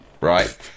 right